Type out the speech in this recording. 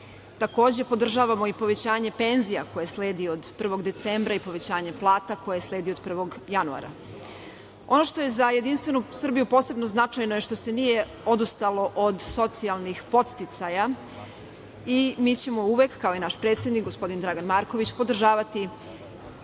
Takođe podržavamo i povećanje penzije koje sledi od 1. decembra i povećanje plata koje sledi od 1. januara. Ono što je za JS posebno značajno je što se nije odustalo od socijalnih podsticaja i mi ćemo uvek kao i naš predsednik, gospodin Dragan Marković podržavati